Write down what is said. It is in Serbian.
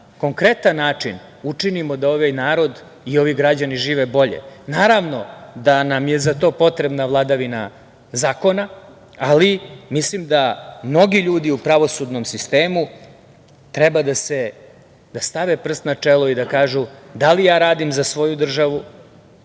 konkretan način učinimo da ovaj narod i ovi građani žive bolje. Naravno, da nam je za to potrebna vladavina zakona, ali mislim da mnogi ljudi u pravosudnom sistemu treba da stave prst na čelo i da kažu – da li ja radim za svoju državu,